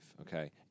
Okay